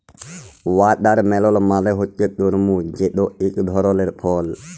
watermelon মালে হছে তরমুজ যেট ইক ধরলের ফল